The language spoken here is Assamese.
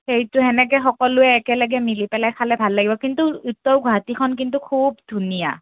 সেইটো সেনেকৈ সকলোৱে একেলগে মিলি পেলাই খালে ভাল লাগিব কিন্তু উত্তৰ গুৱাহাটীখন কিন্তু খুব ধুনীয়া